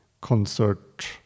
concert